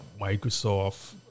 Microsoft